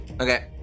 Okay